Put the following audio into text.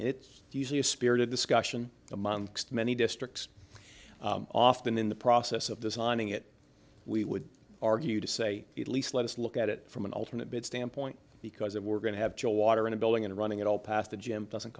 it's usually a spirited discussion amongst many districts often in the process of the signing it we would argue to say at least let us look at it from an alternate bit standpoint because if we're going to have to water in a building and running it all past the gym doesn't